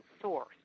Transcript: source